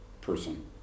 person